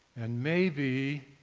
and maybe,